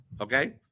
Okay